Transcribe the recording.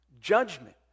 Judgment